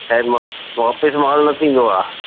ऐं मां वापसि माल न थींदो आहे